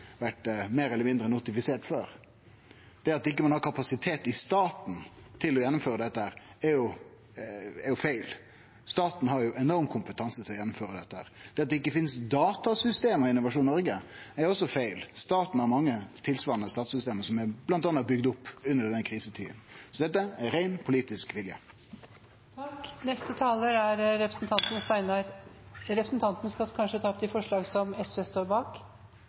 kapasitet i staten til å gjennomføre dette, er feil. Staten har enorm kompetanse til å gjennomføre dette. Det at det ikkje finst datasystem i Innovasjon Noreg, er også feil. Staten har mange tilsvarande datasystem som bl.a. er bygde opp under krisetida. Dette er rein politisk vilje. Vil representanten Fylkesnes ta opp forslagene som SV står bak? Ja. Representanten Torgeir Knag Fylkesnes har da tatt opp de forslagene som Sosialistisk Venstreparti står bak.